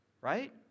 right